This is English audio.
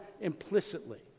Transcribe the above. implicitly